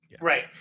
Right